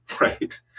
right